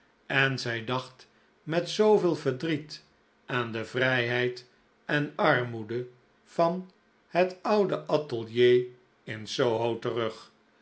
en zij dacht met zooveel verdriet aan de vrijheid en armoede van het oude atelier in soho terug